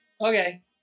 Okay